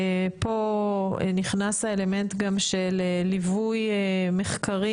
פה נכנס האלמנט גם של ליווי מחקרי